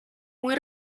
muy